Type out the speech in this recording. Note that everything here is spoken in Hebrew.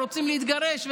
רוצים להתגרש.